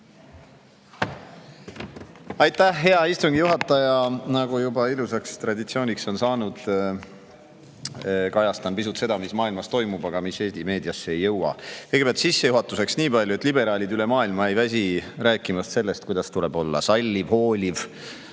Aitäh, hea istungi juhataja! Nagu juba ilusaks traditsiooniks on saanud, kajastan pisut seda, mis maailmas toimub, aga mis Eesti meediasse ei jõua. Kõigepealt sissejuhatuseks nii palju, et liberaalid üle maailma ei väsi rääkimast sellest, kuidas tuleb olla salliv ja hooliv,